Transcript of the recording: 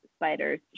spiders